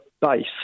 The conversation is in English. base